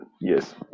Yes